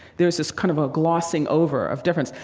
there's this kind of a glossing over of difference.